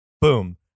Boom